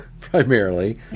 primarily